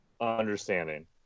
understanding